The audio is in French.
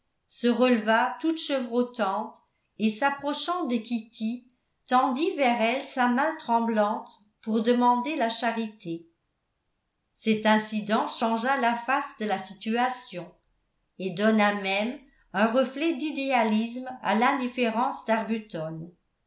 se releva toute chevrotante et s'approchant de kitty tendit vers elle sa main tremblante pour demander la charité cet incident changea la face de la situation et donna même un reflet d'idéalisme à l'indifférence